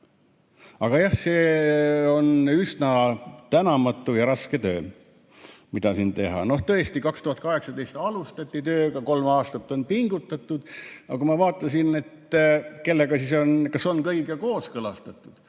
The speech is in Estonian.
Aga jah, see on üsna tänamatu ja raske töö, mida teha. Tõesti, 2018 alustati tööga, kolm aastat on pingutatud. Aga ma vaatasin, et kas on kõigiga kooskõlastatud.